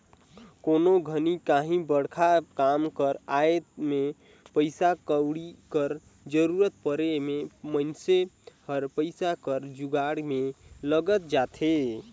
कोनो घनी काहीं बड़खा काम कर आए में पइसा कउड़ी कर जरूरत परे में मइनसे हर पइसा कर जुगाड़ में लइग जाथे